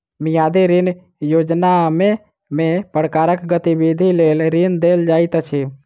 मियादी ऋण योजनामे केँ प्रकारक गतिविधि लेल ऋण देल जाइत अछि